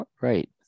right